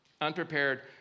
Unprepared